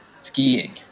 skiing